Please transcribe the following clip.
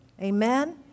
Amen